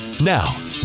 Now